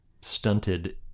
stunted